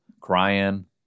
crying